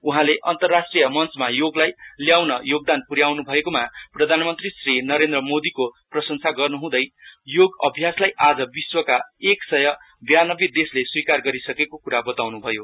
उहाँले अन्तरराष्ट्रिय मञ्चमा योगलाई ल्याउन योगदान पूर्याउन् भएकोमा प्रधानमन्त्री श्री नरेन्द्र मोदिको प्रशंसा गर्न्हुँदै योग अभ्यासलाई आज विश्वका एक सय बयानबे देशले स्विकार गरिसकेको क्रा बताउन् भयो